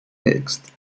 mixed